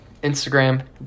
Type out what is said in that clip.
Instagram